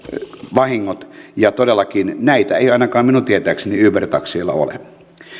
vahingot ja todellakin näitä ei ainakaan minun tietääkseni uber takseilla ole